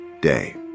day